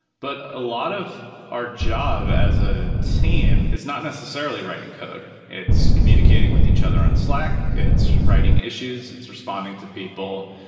but a lot of our job as a team is not necessarily writing code. it's communicating with each other on slack. it's writing issues. it's responding to people.